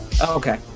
Okay